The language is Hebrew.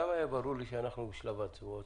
למה היה ברור לי שאנחנו בשלב הצבעות?